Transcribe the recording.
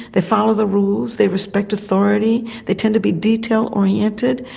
they follow the rules, they respect authority, they tend to be detail orientated,